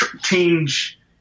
change